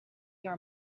your